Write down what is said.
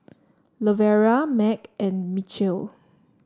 Lavera Mack and Mitchell